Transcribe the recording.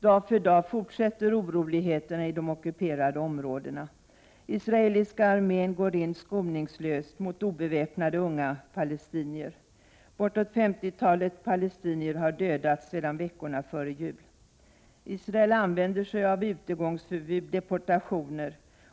Dag för dag fortsätter oroligheterna i de ockuperade områdena. Israeliska armén går in skoningslöst mot obeväpnade unga palestinier. Bortåt 50-talet palestinier har dödats sedan veckorna före jul. Israel använder sig av bl.a. utegångsförbud och deportationer.